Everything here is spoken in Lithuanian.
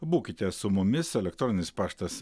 būkite su mumis elektroninis paštas